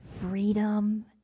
freedom